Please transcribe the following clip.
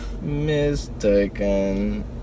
Mistaken